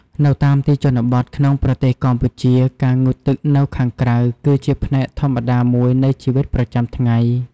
នៅតាមទីជនបទក្នុងប្រទេសកម្ពុជា ការងូតទឹកនៅខាងក្រៅគឺជាផ្នែកធម្មតាមួយនៃជីវិតប្រចាំថ្ងៃ។